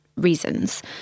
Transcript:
Reasons